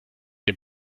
dem